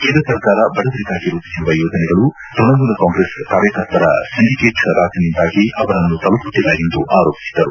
ಕೇಂದ್ರ ಸರ್ಕಾರ ಬಡವರಿಗಾಗಿ ರೂಪಿಸಿರುವ ಯೋಜನೆಗಳು ತ್ಪಣಮೂಲ ಕಾಂಗ್ರೆಸ್ ಕಾರ್ಯಕರ್ತರ ಸಿಂಡಿಕೇಟ್ ರಾಜ್ನಿಂದಾಗಿ ಅವರನ್ನು ತಲುಪುತ್ತಿಲ್ಲ ಎಂದು ಆರೋಪಿಸಿದರು